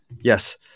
Yes